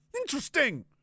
Interesting